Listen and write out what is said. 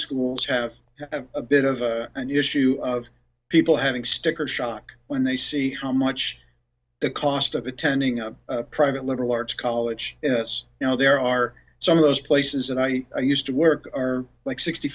schools have a bit of an issue of people having sticker shock when they see how much the cost of attending a private liberal arts college yes you know there are some of those places and i used to work are like sixty